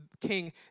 king